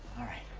all right.